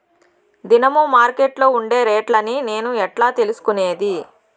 దినము మార్కెట్లో ఉండే రేట్లని నేను ఎట్లా తెలుసుకునేది?